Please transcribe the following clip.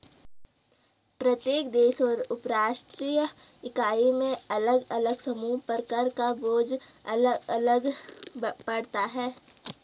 प्रत्येक देश और उपराष्ट्रीय इकाई में अलग अलग समूहों पर कर का बोझ अलग अलग पड़ता है